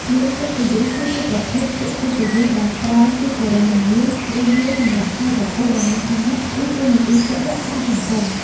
នាមកិត្តិយស គឺជាប្រភេទពាក្យកិត្តិយសដែលប្រើជាគោរមងារ ឬងារសម្រាប់ហៅបុគ្គលដែលមានឋានៈ ឬតួនាទីជាក់លាក់ក្នុងសង្គម។